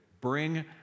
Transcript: bring